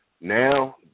Now